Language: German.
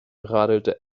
radelte